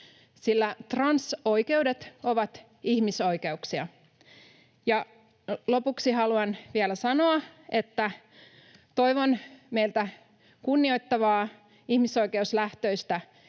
sillä trans- oikeudet ovat ihmisoikeuksia. Ja lopuksi haluan vielä sanoa, että toivon meiltä kunnioittavaa, ihmisoikeuslähtöistä